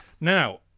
now